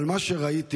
אבל ממה שראיתי,